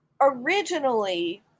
Originally